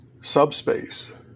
subspace